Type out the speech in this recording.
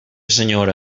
senyora